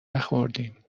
نخوردیم